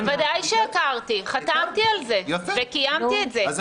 בוודאי שהכרתי, חתמתי על זה, וקיימתי את זה.